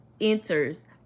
enters